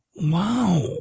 Wow